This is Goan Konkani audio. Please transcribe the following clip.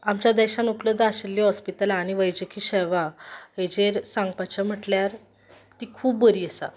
आमच्या देशान उपलब्द आशिल्लीं हॉस्पितलां आनी वैजकी शेवा हाजेर सांगपाचें म्हटल्यार ती खूब बरी आसा